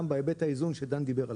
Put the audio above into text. גם בהיבט האיזון שדן דיבר עליו.